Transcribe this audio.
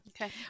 Okay